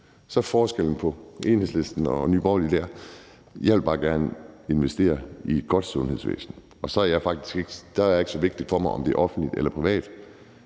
er forskellen på Enhedslisten og Nye Borgerlige dér. Jeg vil bare gerne investere i et godt sundhedsvæsen, og så er det faktisk ikke så vigtigt for mig, om det er offentligt eller privat.